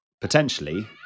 potentially